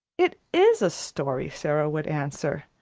it is a story, sara would answer.